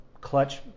clutch